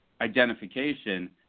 identification